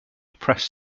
press